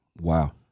Wow